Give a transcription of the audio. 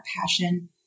passion